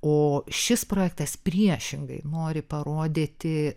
o šis projektas priešingai nori parodyti